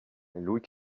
louis